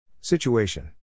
Situation